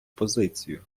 позицію